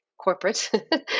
corporate